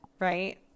right